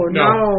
no